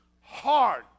hard